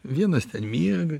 vienas ten miega